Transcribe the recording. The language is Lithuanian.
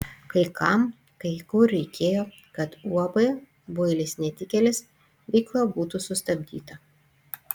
kai kam kai kur reikėjo kad uab builis netikėlis veikla būtų sustabdyta